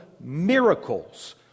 miracles